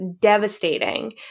devastating